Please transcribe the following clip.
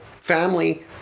family